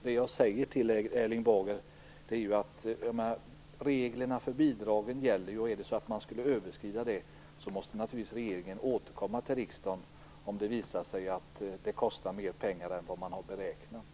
Det jag säger till Erling Bager är att reglerna för bidragen gäller, och regeringen måste naturligtvis återkomma till riksdagen om det visar sig att det kostar mer pengar än man har beräknat.